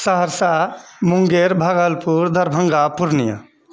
Saharsa Munger Bhagalpur Darbhanga Purnia